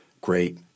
great